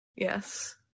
Yes